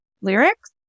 lyrics